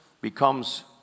becomes